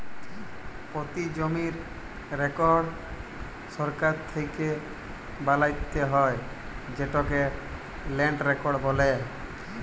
পতি জমির রেকড় সরকার থ্যাকে বালাত্যে হয় যেটকে ল্যান্ড রেকড় বলে